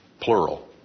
Plural